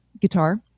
guitar